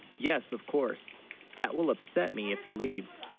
yes of course that will upset, me if he leaves